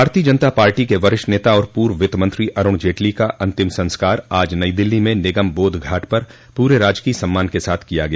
भारतीय जनता पार्टी के वरिष्ठ नेता और पूर्व वित्तमंत्री अरूण जेटली का अंतिम संस्कार आज नई दिल्ली में निगम बोध घाट पर पूरे राजकीय सम्मान के साथ किया गया